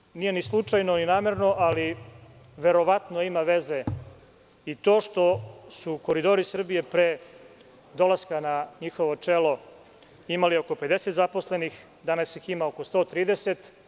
Naravno, nije ni slučajno, ni namerno, ali verovatno ima veze to što su Koridori Srbije pre dolaska na njihovo čelo imali oko 50 zaposlenih, a danas ih ima oko 130.